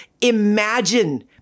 Imagine